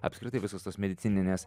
apskritai visos tos medicininės